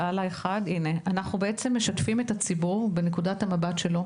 אנחנו בעצם משתפים את הציבור בנקודת המבט שלו.